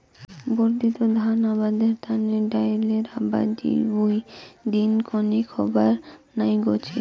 বর্ধিত ধান আবাদের তানে ডাইলের আবাদি ভুঁই দিনং কণেক হবার নাইগচে